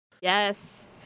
Yes